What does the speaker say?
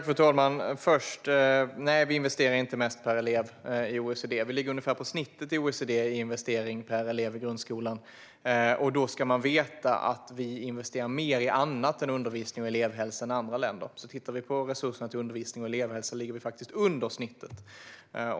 Fru talman! Nej, Sverige investerar inte mest per elev i OECD. Sverige ligger på ungefär snittet i OECD i investering per elev i grundskolan. Då ska man veta att Sverige investerar mer i annat än undervisning och elevhälsa än andra länder. Om vi tittar på resurserna till undervisning och elevhälsa ligger Sverige faktiskt under snittet.